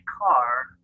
car